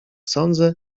sądzę